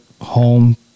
home